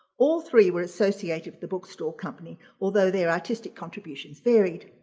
all three were associated with the bookstall company, although their artistic contributions varied.